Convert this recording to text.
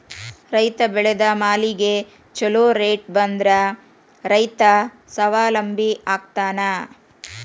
ರೈತ ಬೆಳೆದ ಮಾಲಿಗೆ ಛೊಲೊ ರೇಟ್ ಬಂದ್ರ ರೈತ ಸ್ವಾವಲಂಬಿ ಆಗ್ತಾನ